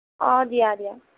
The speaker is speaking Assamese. অঁ দিয়া দিয়া